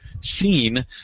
seen